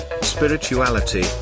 spirituality